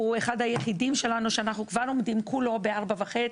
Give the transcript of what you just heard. שהוא אחד היחידים שלנו שאנחנו כבר עומדים בכולו ב-4.5,